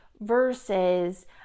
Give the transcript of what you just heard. versus